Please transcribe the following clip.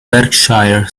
berkshire